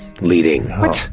leading